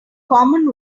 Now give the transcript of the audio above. common